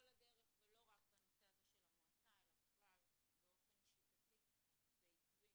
הדרך ולא רק בנושא הזה של המועצה אלא בכלל באופן שיטתי ועקבי.